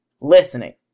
listening